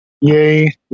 yay